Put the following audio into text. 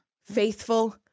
faithful